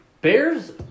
Bears